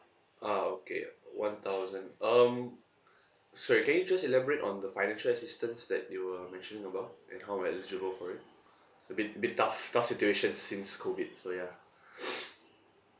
ah okay one thousand um sorry can you just elaborate on the financial assistance that you were mentioning about and how am I eligible for it a bit a bit tough tough situation since COVID so ya